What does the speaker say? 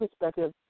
perspective